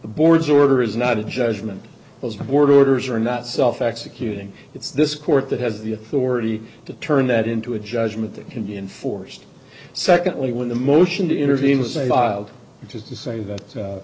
the board's order is not a judgment those board orders are not self executing it's this court that has the authority to turn that into a judgment that can be enforced secondly when the motion to intervene was a biled which is to say that